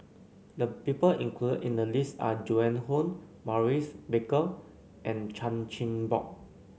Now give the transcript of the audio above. the people included in the list are Joan Hon Maurice Baker and Chan Chin Bock